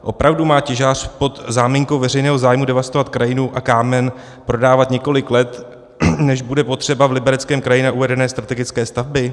Opravdu má těžař pod záminkou veřejného zájmu devastovat krajinu a kámen prodávat několik let, než bude potřeba v Libereckém kraji na uvedené strategické stavby?